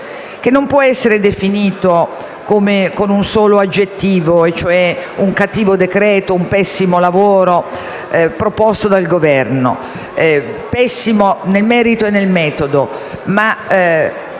che non può essere definito con un solo aggettivo, trattandosi di un cattivo decreto-legge e di un pessimo lavoro proposto dal Governo. Pessimo nel merito e nel metodo ma